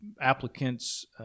applicants